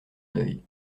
deuil